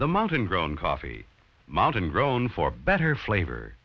the mountain grown coffee mountain grown for better flavor